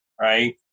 right